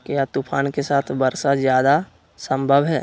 क्या तूफ़ान के साथ वर्षा जायदा संभव है?